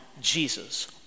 Jesus